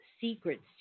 secrets